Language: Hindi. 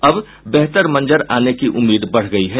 अब बेहतर मंजर आने की उम्मीद बढ़ गयी है